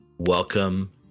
Welcome